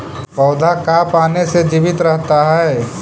पौधा का पाने से जीवित रहता है?